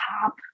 top